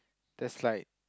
there's like